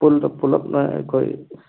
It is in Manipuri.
ꯄꯨꯜꯂꯞꯅ ꯑꯩꯈꯣꯏ